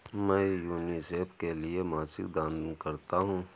मैं यूनिसेफ के लिए मासिक दान करता हूं